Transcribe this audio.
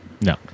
no